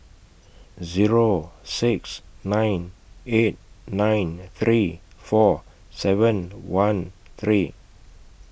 Zero six nine eight nine three four seven one three